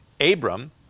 Abram